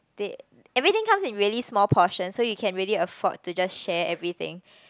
they everything comes in really small portion so you can really afford to just share everything